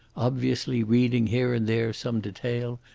obviously reading here and there some detail,